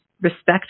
respect